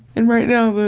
and right now the